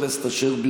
חבר הכנסת אשר,